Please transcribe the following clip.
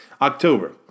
October